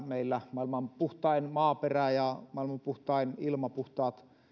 meillä maailman puhtain maaperä ja maailman puhtain ilma puhtaat